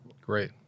Great